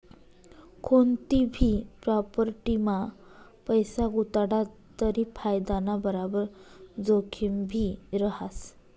कोनतीभी प्राॅपटीमा पैसा गुताडात तरी फायदाना बराबर जोखिमभी रहास